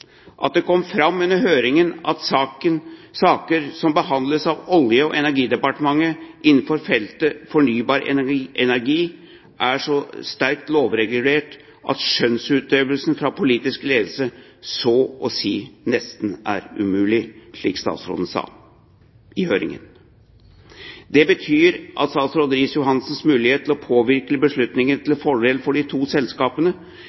at det kom fram under høringen at saker som behandles av Olje- og energidepartementet innenfor feltet fornybar energi, er så sterkt lovregulert at skjønnsutøvelse fra politisk ledelse så å si nesten er umulig – slik statsråden sa i høringen. Det betyr at statsråd Riis-Johansens mulighet til å påvirke beslutninger til fordel for de to selskapene